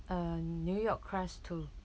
uh new york crust too